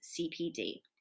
CPD